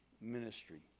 ministry